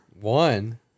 one